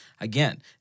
Again